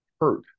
hurt